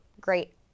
great